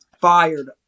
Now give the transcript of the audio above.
fired